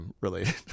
related